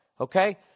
okay